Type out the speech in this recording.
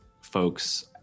folks